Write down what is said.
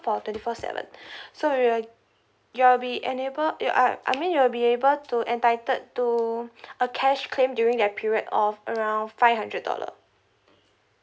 for twenty four seven so we will you'll be enable uh ah I mean you will be able to entitled to a cash claim during that period of around five hundred dollar